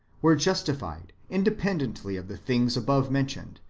were justified independently of the things above mentioned,